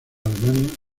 alemania